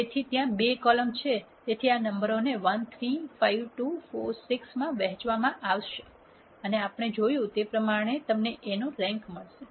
તેથી ત્યાં બે કોલમ છે તેથી આ નંબરોને 1 3 5 2 4 6 માં વહેંચવામાં આવશે અને આપણે જોયું તે પ્રમાણે તમને A નો રેન્ક મળશે